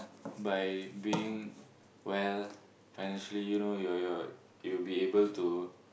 by being well financially you know your your you'll be able to